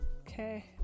Okay